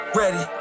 ready